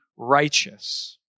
Righteous